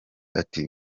ati